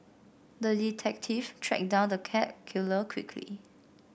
the detective tracked down the cat killer quickly